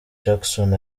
jackson